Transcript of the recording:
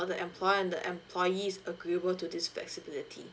the employer and the employees agreeable to this flexibility